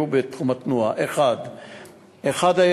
בתחום התנועה: ראשית,